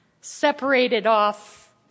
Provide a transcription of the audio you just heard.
separated-off